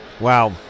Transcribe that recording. Wow